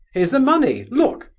here's the money! look,